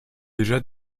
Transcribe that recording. déjà